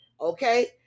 okay